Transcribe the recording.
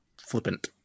flippant